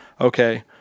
okay